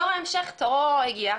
דור ההמשך תורו הגיע.